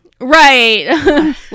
Right